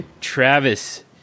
Travis